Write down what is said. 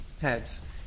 heads